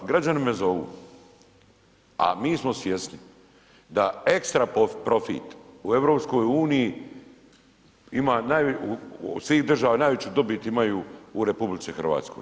Građani me zovu, a mi smo svjesni da ekstra profit u EU ima od svih država najveću dobit imaju u RH.